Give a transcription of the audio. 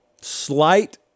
slight